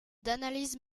d’analyse